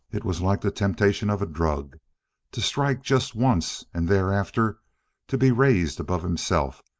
it was like the temptation of a drug to strike just once, and thereafter to be raised above himself,